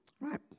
right